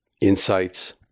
insights